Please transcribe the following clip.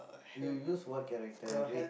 you use what character red